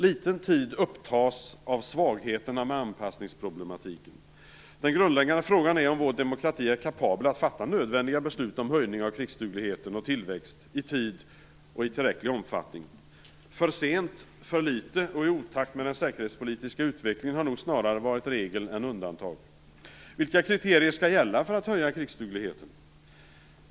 Liten tid upptas av svagheterna med anpassningsproblematiken. Den grundläggande frågan är om vår demokrati är kapabel att i tid och i tillräcklig omfattning fatta nödvändiga beslut om höjning av krigsduglighet och tillväxt. För sent, för litet och i otakt med den säkerhetspolitiska utvecklingen har nog snarare varit regel än undantag. Vilka kriterier skall gälla för att höja krigsdugligheten?